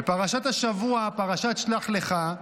בפרשת השבוע, פרשת שלח לך,